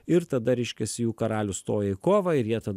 ir tada reiškiasi jų karalius stoja į kovą ir jie tada